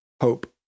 hope